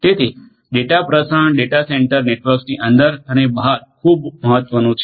તેથી ડેટા પ્રસારણ data centre નેટવર્ક્સની અંદર અને બહાર ખુબ અગત્યનું છે